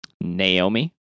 Naomi